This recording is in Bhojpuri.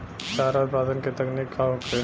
चारा उत्पादन के तकनीक का होखे?